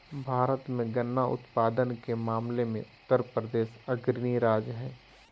भारत मे गन्ना उत्पादन के मामले मे उत्तरप्रदेश अग्रणी राज्य हय